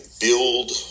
build